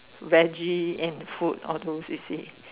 Veggie and food all those you see